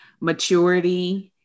maturity